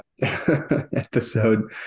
episode